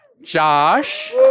Josh